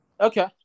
Okay